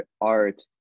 art